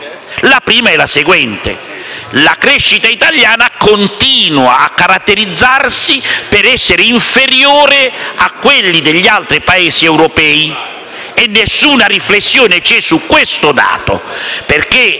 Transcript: quali è la seguente: la crescita italiana continua a caratterizzarsi per essere inferiore a quella degli altri Paesi europei. Non c'è alcuna riflessione su questo dato.